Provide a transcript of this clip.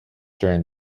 during